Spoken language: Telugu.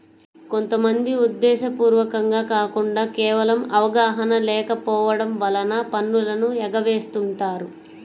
కొంత మంది ఉద్దేశ్యపూర్వకంగా కాకుండా కేవలం అవగాహన లేకపోవడం వలన పన్నులను ఎగవేస్తుంటారు